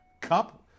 Cup